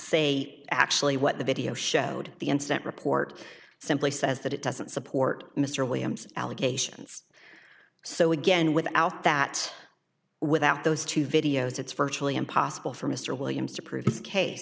say actually what the video showed the incident report simply says that it doesn't support mr williams allegations so again without that without those two videos it's virtually impossible for mr williams to pr